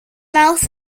mouth